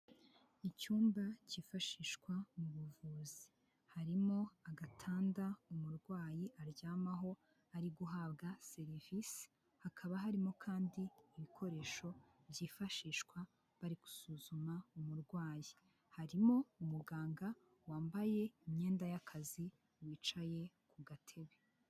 Icyumba cyifashishwa mu buvuzi, harimo agatanda umurwayi aryamaho ari guhabwa serivisi, hakaba harimo kandi ibikoresho byifashishwa bari gusuzuma umurwayi, harimo umuganga wambaye imyenda y'akazi wicaye ku gatebe.